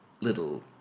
little